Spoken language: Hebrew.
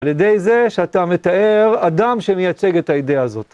על ידי זה שאתה מתאר אדם שמייצג את הידיעה הזאת.